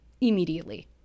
immediately